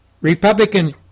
Republican